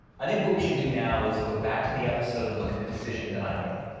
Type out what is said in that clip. i think what we should do now is go back to the episode and look at the decision that i make.